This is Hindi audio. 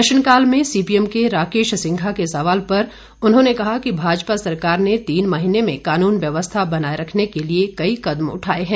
प्रश्नकाल में सीपीएम के राकेश सिंघा के सवाल पर उन्होंने कहा कि भाजपा सरकार ने तीन महीने में कानून व्यवस्था बनाए रखने के लिए कई कदम उठाए हैं